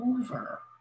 over